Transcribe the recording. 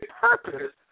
purpose